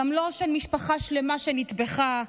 גם לא של משפחה שלמה שנטבחה,